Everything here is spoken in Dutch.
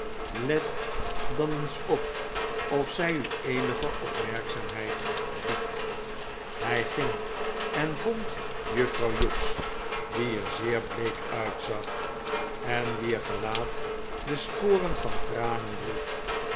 let dan eens op of zij u eenige opmerkzaamheid biedt hij ging en vond juffrouw hughes die er zeer week uitzag en wier gelaat de sporen van tranen droeg